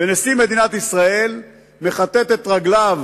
ונשיא מדינת ישראל מכתת את רגליו